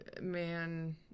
man